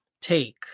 take